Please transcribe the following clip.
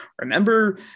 remember